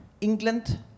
England